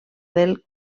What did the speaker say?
del